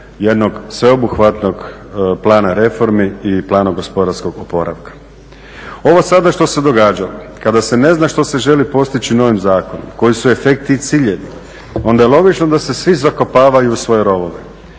jednog sveobuhvatnog plana reformi i plana gospodarskog oporavka. Ovo sada što se događa, kada se ne zna što se želi postići novim zakonom, koji su efekti i ciljevi, onda je logično da se svi zakopavaju u svoje rovove,